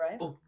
right